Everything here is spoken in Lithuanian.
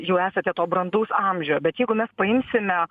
jau esate to brandaus amžio bet jeigu mes paimsime